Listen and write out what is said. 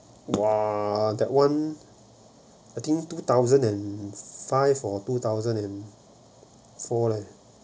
!wah! that one I think two thousand and five or two thousand and our leh